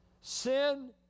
Sin